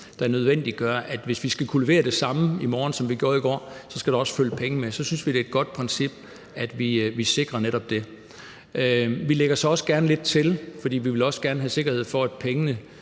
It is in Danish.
der nødvendiggør, at vi skal kunne levere det samme i morgen, som vi gjorde i går, skal der også følge penge med. Så synes vi, det er et godt princip, at vi sikrer netop det. Vi lægger så også gerne lidt til, fordi vi også gerne vil have sikkerhed for, at pengene